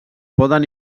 poden